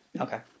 Okay